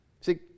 See